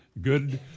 Good